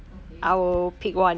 okay